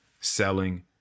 selling